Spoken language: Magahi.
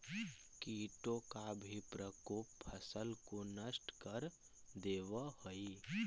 कीटों का भी प्रकोप फसल को नष्ट कर देवअ हई